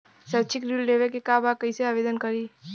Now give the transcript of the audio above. शैक्षिक ऋण लेवे के बा कईसे आवेदन करी?